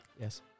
Yes